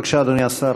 בבקשה, אדוני השר.